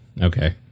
okay